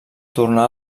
tornar